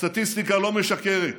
הסטטיסטיקה לא משקרת: